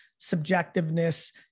subjectiveness